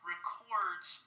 records